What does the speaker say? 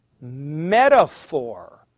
metaphor